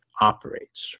operates